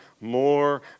more